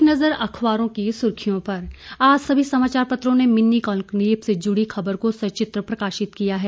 एक नज़र अखबारों की सुर्खियों पर आज सभी समाचार पत्रों ने मिनी कॉन्क्लेव से जुड़ी खबर को सचित्र प्रकाशित किया है